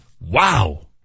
Wow